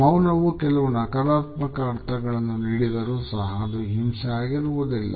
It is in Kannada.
ಮೌನವು ಕೆಲವು ನಕಾರಾತ್ಮಕ ಅರ್ಥಗಳನ್ನು ನೀಡಿದರು ಸಹ ಅದು ಹಿಂಸೆ ಆಗಿರುವುದಿಲ್ಲ